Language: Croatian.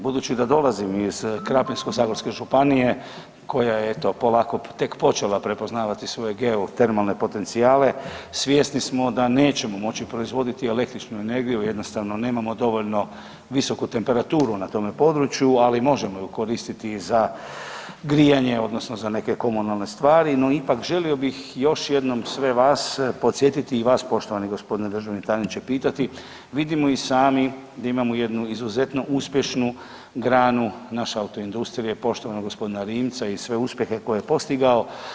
Budući da dolazim iz Krapinsko-zagorske županije koja je eto, polako tek počela prepoznavati svoje geotermalne potencijale, svjesni smo da nećemo moći proizvoditi elektroničnu energiju, jednostavno nemamo dovoljno visoku temperaturu na tome području, ali možemo ju koristiti za grijanje, odnosno za neke komunalne stvari, no ipak, želio bih još jednom sve vas podsjetiti i vas, poštovani državni tajniče pitati, vidimo i sami da imamo jednu izuzetno uspješnu granu naše autoindustrije, poštovanog g. Rimca i sve uspjehe koje je postigao.